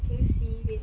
can you see wait